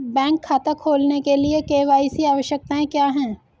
Bank खाता खोलने के लिए के.वाई.सी आवश्यकताएं क्या हैं?